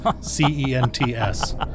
C-E-N-T-S